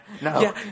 No